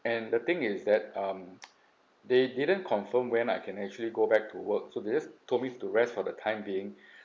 and the thing is that um they didn't confirm when I can actually go back to work so this told me to rest for the time being